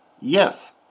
Yes